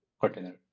container